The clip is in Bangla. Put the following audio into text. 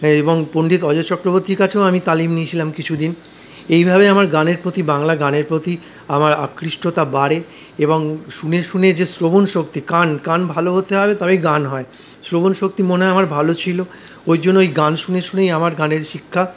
এবং পন্ডিত অজয় চক্রবর্তীর কাছেও আমি তালিম নিয়েছিলাম কিছুদিন এইভাবে আমার গানের প্রতি বাংলা গানের প্রতি আমার আকৃষ্টতা বাড়ে এবং শুনে শুনে যে শ্রবণশক্তি কান কান ভালো হতে হবে তবেই গান হয় শ্রবণশক্তি মনে হয় আমার ভালো ছিল ওই জন্য ওই গান শুনে শুনেই আমার গানের শিক্ষা